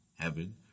heaven